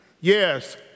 Yes